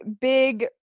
big